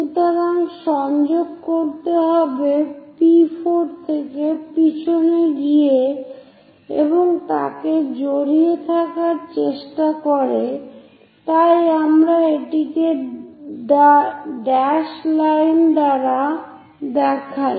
সুতরাং সংযোগ করতে হবে P4 থেকে পিছনে গিয়ে এবং তাকে জড়িয়ে থাকার চেষ্টা করে তাই আমরা এটিকে ড্যাশড লাইন দ্বারা দেখাই